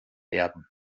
werden